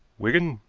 wigan.